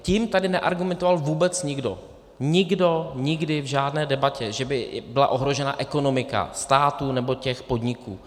Tím tady neargumentoval vůbec nikdo, nikdo nikdy v žádné debatě, že by byla ohrožena ekonomika státu nebo podniků.